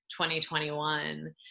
2021